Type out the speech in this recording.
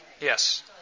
Yes